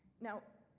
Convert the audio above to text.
now,